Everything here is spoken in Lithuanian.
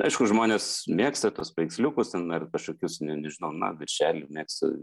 aišku žmonės mėgsta tuos paveiksliukus ten ar kažkokius ne nežinau na viršelį mėgsta